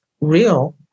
real